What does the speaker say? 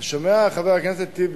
אתה שומע, חבר הכנסת טיבי?